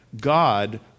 God